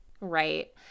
Right